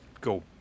go